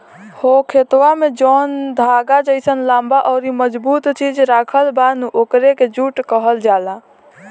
हो खेतवा में जौन धागा जइसन लम्बा अउरी मजबूत चीज राखल बा नु ओकरे के जुट कहल जाला